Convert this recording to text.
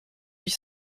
huit